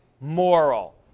moral